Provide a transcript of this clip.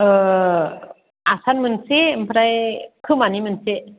ओह आसान मोनसे आमफ्राय खोमानि मोनसे